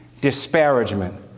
disparagement